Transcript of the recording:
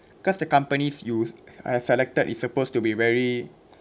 because the companies you se~ I selected it's supposed to be very